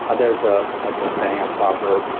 there's ah like a saying, a proverb,